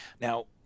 now